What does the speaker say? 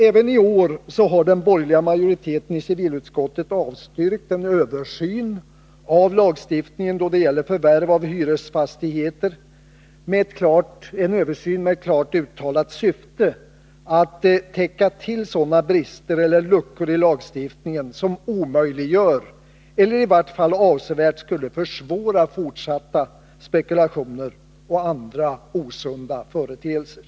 Även i år har den borgerliga majoriteten i civilutskottet avstyrkt förslag om en översyn av lagstiftningen då det gäller förvärv av hyresfastigheter, dvs. en översyn med ett klart uttalat syfte att täcka brister eller luckor i lagstiftningen för att omöjliggöra eller i vart fall avsevärt försvåra fortsatta spekulationer och andra osunda företeelser.